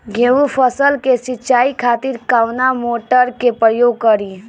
गेहूं फसल के सिंचाई खातिर कवना मोटर के प्रयोग करी?